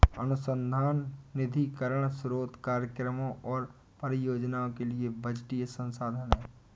अनुसंधान निधीकरण स्रोत कार्यक्रमों और परियोजनाओं के लिए बजटीय संसाधन है